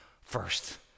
first